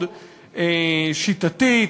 מאוד שיטתית,